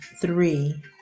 three